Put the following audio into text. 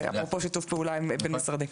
אפרופו שיתוף פעולה בין משרדי.